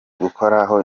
gukoraho